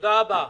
תודה רבה.